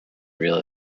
real